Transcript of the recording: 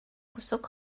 кусок